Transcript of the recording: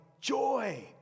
joy